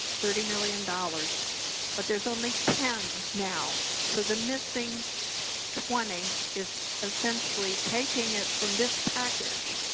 thirty million dollars but there's only ten now. so the missing twenty is essentially taking it from this package.